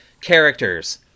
characters